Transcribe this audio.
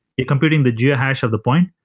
you're computing the geohash of the point,